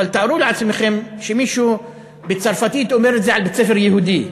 אבל תארו לעצמכם שמישהו בצרפתית אומר את זה על בית-ספר יהודי.